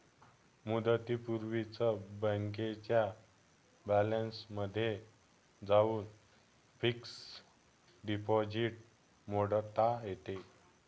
मुदतीपूर्वीच बँकेच्या बॅलन्समध्ये जाऊन फिक्स्ड डिपॉझिट मोडता येते